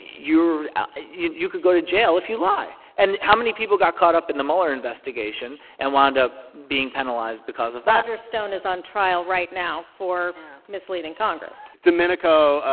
you're you could go to jail if you lie. and how many people got caught up in the mueller investigation and wound up being penalized because of that? roger stone is on trial right now for misleading congress domenico,